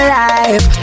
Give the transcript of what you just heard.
life